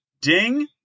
Ding